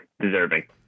deserving